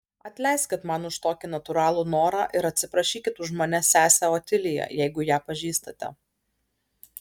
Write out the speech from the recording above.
atleiskit man už tokį natūralų norą ir atsiprašykit už mane sesę otiliją jeigu ją pažįstate